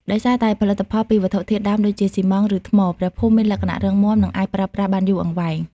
ដោយសារតែផលិតពីវត្ថុធាតុដើមដូចជាស៊ីម៉ងត៍ ឬថ្ម ព្រះភូមិមានលក្ខណៈរឹងមាំ និងអាចប្រើប្រាស់បានយូរអង្វែង។